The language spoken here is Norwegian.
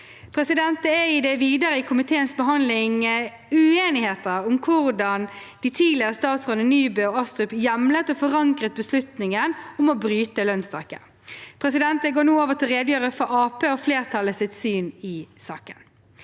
kr. Det er i det videre i komiteens behandling uenigheter om og hvordan de tidligere statsrådene Nybø og Astrup hjemlet og forankret beslutningen om å bryte lønnstaket. Jeg går nå over til å redegjøre for Arbeiderpartiets og flertallets syn i saken.